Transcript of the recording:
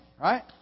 right